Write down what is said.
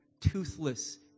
toothless